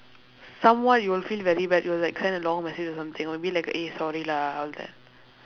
somewhat you will feel very bad you will like send a long message or something or be like eh sorry lah all that